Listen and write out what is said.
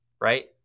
right